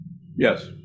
Yes